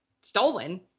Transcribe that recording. stolen